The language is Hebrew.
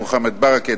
מוחמד ברכה,